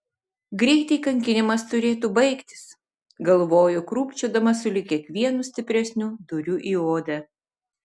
greitai kankinimas turėtų baigtis galvojo krūpčiodama sulig kiekvienu stipresniu dūriu į odą